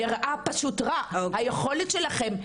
היכולת שלכן,